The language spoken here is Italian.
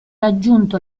raggiunto